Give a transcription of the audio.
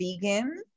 vegan